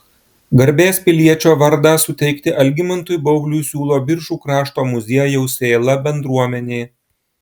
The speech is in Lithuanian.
garbės piliečio vardą suteikti algimantui baubliui siūlo biržų krašto muziejaus sėla bendruomenė